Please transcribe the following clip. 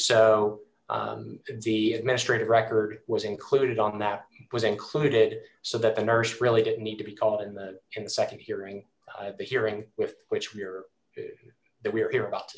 so the administrative record was included on that was included so that the nurse really didn't need to be called in and the nd hearing the hearing with which we are there we're about